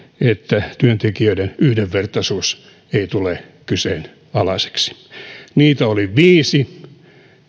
että työntekijöiden yhdenvertaisuus ei tule kyseenalaiseksi niitä oli viisi